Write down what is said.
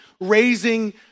raising